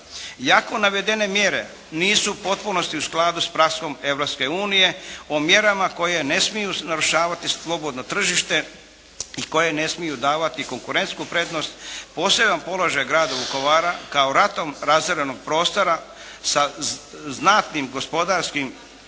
Iako navedene mjere nisu u potpunosti u skladu s praksom Europske unije o mjerama koje ne smiju narušavati slobodno tržište i koje ne smiju davati konkurentsku prednost. Poseban položaj grada Vukovara kao ratom razorenog prostora sa znatnim gospodarskim,